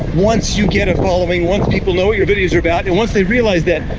once you get a following. once people know what your videos are about. and once they realize that,